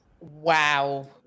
Wow